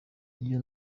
iyo